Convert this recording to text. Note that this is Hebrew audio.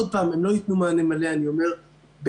עוד פעם, הם לא ייתנו מענה מלא, אני אומר בכאב.